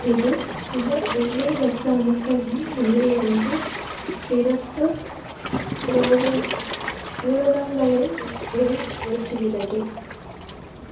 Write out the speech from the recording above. இது சில வெள்ளை இரத்த அணுக்களின் உள்ளே இருந்து சிறப்புப் புரத புரதங்களை வெளியேற்றுகிறது